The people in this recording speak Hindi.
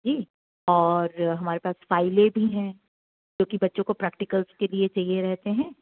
जी और हमारे पास फ़ाइलें भी हैं जो कि बच्चों को प्रैक्टिकल्स के लिए चाहिए रहते हैं